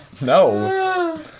No